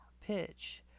pitch